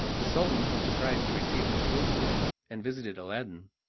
the sultan was surprised to receive his jewels again and visited aladdin,